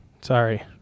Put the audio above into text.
sorry